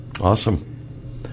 Awesome